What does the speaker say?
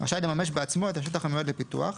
רשאי לממש בעצמו את השטח המיועד לפיתוח,